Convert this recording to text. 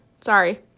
sorry